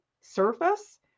surface